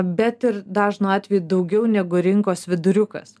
bet ir dažnu atveju daugiau negu rinkos viduriukas